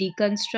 deconstruct